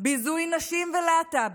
ביזוי נשים ולהט"בים,